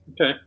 okay